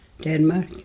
Denmark